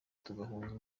tugahuza